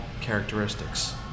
characteristics